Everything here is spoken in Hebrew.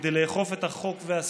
כדי לאכוף את החוק והסדר